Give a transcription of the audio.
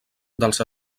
dels